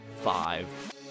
five